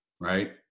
right